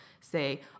say